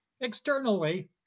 Externally